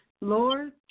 Lord